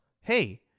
hey